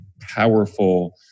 powerful